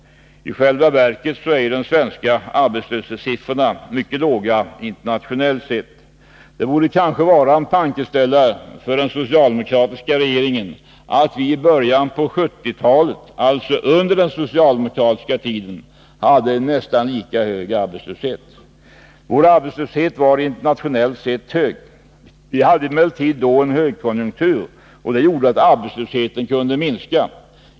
I själva verket är de svenska arbetslöshetssiffrorna mycket låga internationellt sett. Det borde kanske vara en tankeställare för den socialdemokratiska regeringen att vi i början av 1970-talet, alltså under den socialdemokratiska tiden, hade en nästan lika hög arbetslöshet. Vår arbetslöshet var internationellt sett hög. Vi hade emellertid då en högkonjunktur, och det gjorde att arbetslösheten kunde minska.